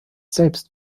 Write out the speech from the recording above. selbst